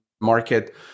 market